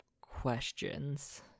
questions